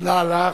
תודה לך.